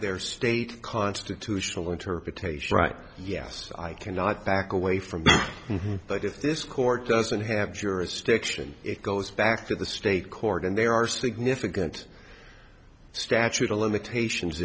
their state constitutional interpretation right yes i cannot back away from it but if this court doesn't have jurisdiction it goes back to the state court and there are significant statute of limitations